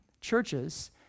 churches